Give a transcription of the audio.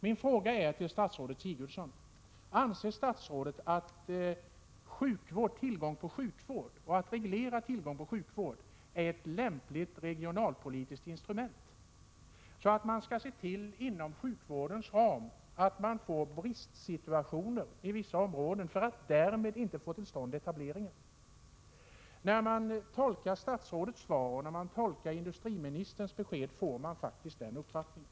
Min fråga till statsrådet Sigurdsen är: Anser statsrådet att reglerad tillgång på sjukvård är ett lämpligt regionalpolitiskt instrument och att man inom sjukvårdens ram skall se till att få bristsituationer inom vissa områden så att man därigenom kan hindra etableringar? Vid tolkningen av statsrådets svar och industriministerns uttalanden får man faktiskt den uppfattningen.